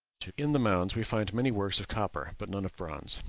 in the mounds we find many works of copper but none of bronze.